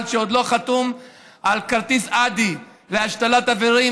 שעוד לא חתום על כרטיס אד"י להשתלת איברים,